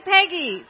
Peggy